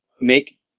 make